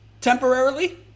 temporarily